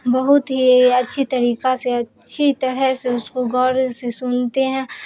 بہت ہی اچھے طریقہ سے اچھی طرح سے اس کو غور سے سنتے ہیں